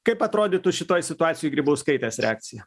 kaip atrodytų šitoj situacijoj grybauskaitės reakcija